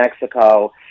Mexico